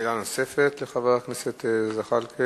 שאלה נוספת לחבר הכנסת זחאלקה.